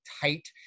tight